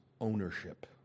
ownership